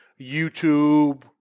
YouTube